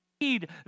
need